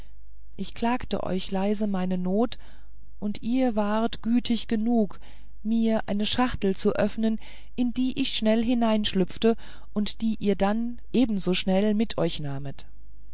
ich klagte euch leise meine not und ihr wart gütig genug mir eine schachtel zu öffnen in die ich schnell hineinhüpfte und die ihr dann ebenso schnell mit euch nahmet